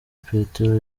petero